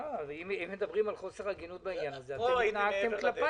מדברים על חוסר הגינו.